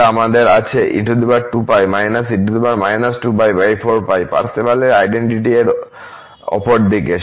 তাহলে আমাদের আছে পারসেভালের আইডেন্টিটি এর অপর দিকে